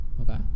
Okay